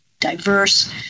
diverse